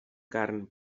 carn